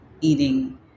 eating